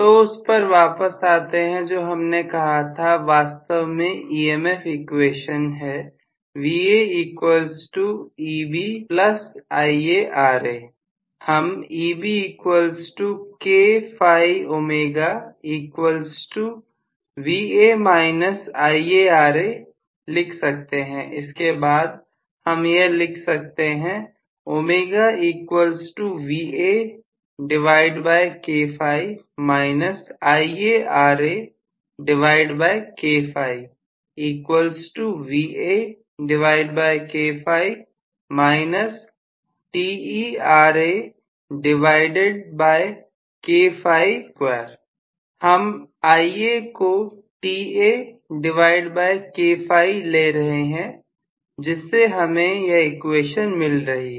तो उस पर वापस आते हैं जो हमने कहा था वास्तव में EMF क्वेश्चन है हम लिख सकते हैं इसके बाद हम यह लिख सकते हैं हम ले रहे हैं जिससे हमें यह क्वेश्चन मिल रही है